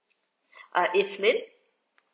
uh evelyn